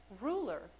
ruler